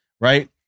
right